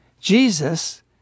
Jesus